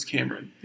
Cameron